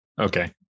okay